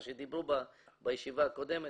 מה שדיברו בישיבה הקודמת,